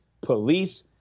police